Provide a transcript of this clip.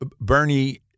Bernie